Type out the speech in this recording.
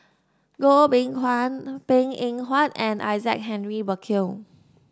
Goh Beng Kwan Png Eng Huat and Isaac Henry Burkill